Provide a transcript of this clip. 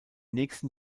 nächsten